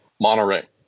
Monterey